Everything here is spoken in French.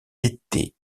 été